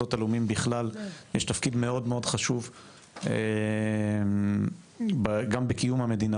למוסדות הלאומיים בכלל יש תפקיד מאוד מאוד חשוב גם בקיום המדינה,